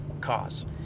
cause